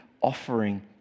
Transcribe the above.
offering